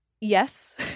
yes